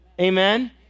Amen